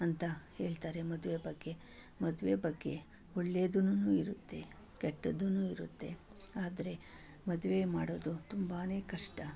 ಅಂತ ಹೇಳ್ತಾರೆ ಮದುವೆ ಬಗ್ಗೆ ಮದುವೆ ಬಗ್ಗೆ ಒಳ್ಳೆದೂನು ಇರುತ್ತೆ ಕೆಟ್ಟದ್ದೂನು ಇರುತ್ತೆ ಆದರೆ ಮದುವೆ ಮಾಡೋದು ತುಂಬನೇ ಕಷ್ಟ